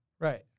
right